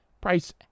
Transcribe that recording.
Price